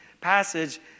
passage